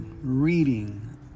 reading